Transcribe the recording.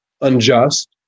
unjust